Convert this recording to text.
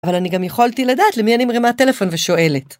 אבל אני גם יכולתי לדעת למי אני מרימה טלפון ושואלת.